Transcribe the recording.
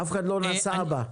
אף אחד לא נסע בה.